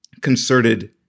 concerted